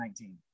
2019